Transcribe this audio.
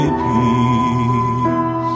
peace